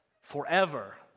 forever